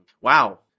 wow